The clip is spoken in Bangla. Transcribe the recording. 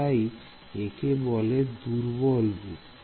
তাই একে এর দুর্বল রূপ বলা হয়